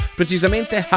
precisamente